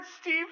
Steve